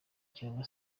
cyangwa